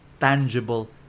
tangible